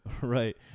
Right